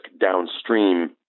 downstream